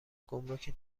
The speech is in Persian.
گمرک